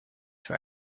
für